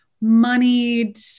Moneyed